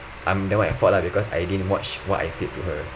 I'm the one at fault lah because I didn't watch what I said to her